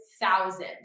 thousand